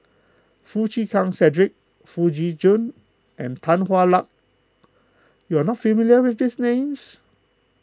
Foo Chee Keng Cedric Foo Tee Jun and Tan Hwa Luck you are not familiar with these names